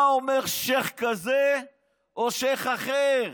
מה אומר שייח' כזה או שייח' אחר.